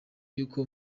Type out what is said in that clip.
y’uko